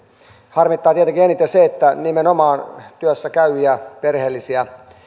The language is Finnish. harmittaa tietenkin eniten se että nimenomaan työssä käyviin perheellisiin